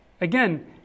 again